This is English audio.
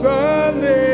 Sunday